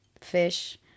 fish